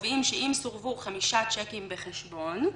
קובעים שאם סורבו חמישה צ'קים בחשבון,